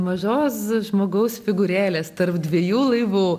mažos žmogaus figūrėlės tarp dviejų laivų